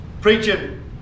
preaching